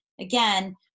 again